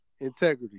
integrity